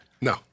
No